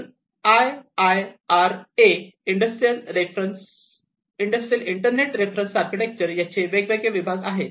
म्हणून I I R A industrial internet reference architecture याचे वेगवेगळे विभाग आहेत